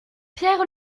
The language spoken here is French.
pierre